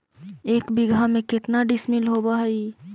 एक बीघा में केतना डिसिमिल होव हइ?